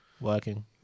Working